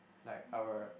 like our